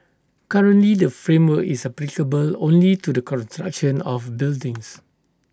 currently the framework is applicable only to the construction of buildings